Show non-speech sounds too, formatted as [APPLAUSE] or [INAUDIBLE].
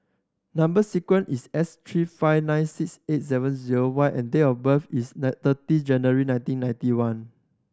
number sequence is S three five nine six eight seven zero Y and date of birth is [UNINTELLIGIBLE] thirty January nineteen ninety one